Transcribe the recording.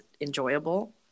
enjoyable